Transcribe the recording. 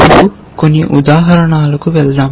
ఇప్పుడు కొన్ని ఉదాహరణలకు వెళ్దాం